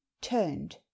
turned